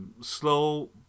slow